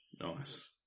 Nice